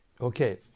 Okay